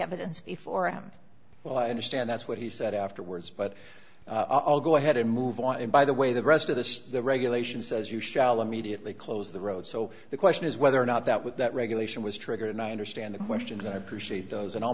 evidence before him well i understand that's what he said afterwards but i'll go ahead and move on it by the way the rest of this the regulation says you shall immediately close the road so the question is whether or not that with that regulation was triggered and i understand the questions and i appreciate those and i'll